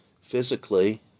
physically